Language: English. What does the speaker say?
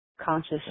conscious